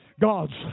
gods